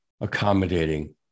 accommodating